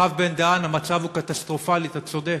הרב בן-דהן, המצב הוא קטסטרופלי, אתה צודק,